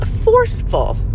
forceful